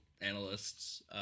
analysts